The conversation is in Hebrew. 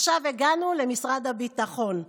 עכשיו הגענו למשרד הביטחון,